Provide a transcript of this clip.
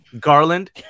Garland